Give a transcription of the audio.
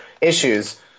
issues